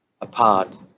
apart